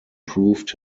proved